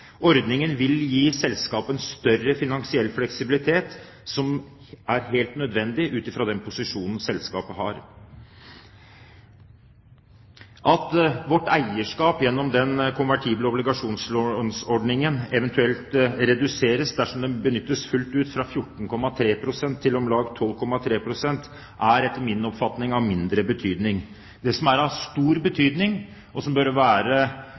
Ordningen vil gi selskapet en større finansiell fleksibilitet, som er helt nødvendig ut fra den posisjonen selskapet har. At vårt eierskap gjennom den konvertible obligasjonslåneordningen eventuelt reduseres, dersom den benyttes fullt ut, fra 14,3 pst. til om lag 12,3 pst., er etter min oppfatning av mindre betydning. Det som er av stor betydning, og som bør være